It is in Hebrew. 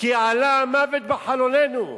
כי עלה מוות בחלוננו.